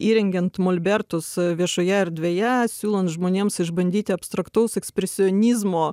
įrengiant molbertus viešoje erdvėje siūlant žmonėms išbandyti abstraktaus ekspresionizmo